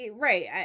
right